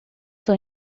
são